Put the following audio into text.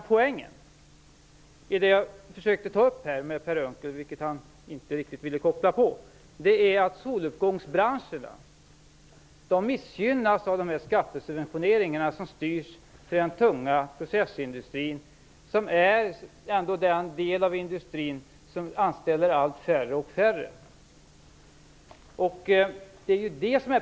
Poängen i det resonemang jag försökte föra med Per Unckel, men som han inte riktigt ville koppla på, är att soluppgångsbranscherna missgynnas av de här skattesubventioneringarna som styrs till den tunga processindustrin, som är en del av industrin där färre och färre personer anställs.